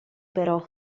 però